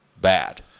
bad